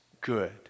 good